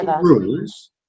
rules